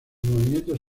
movimientos